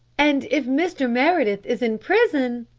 and if mr. meredith is in prison